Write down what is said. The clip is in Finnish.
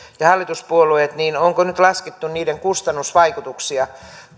ja hallituspuolueet onko nyt laskettu niiden kustannusvaikutuksia